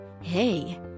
Hey